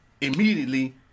immediately